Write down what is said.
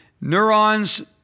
neurons